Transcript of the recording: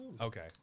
okay